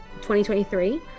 2023